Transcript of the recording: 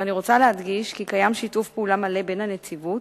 אני רוצה להדגיש כי קיים שיתוף פעולה מלא בין הנציבות